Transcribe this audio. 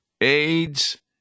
AIDS